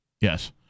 Yes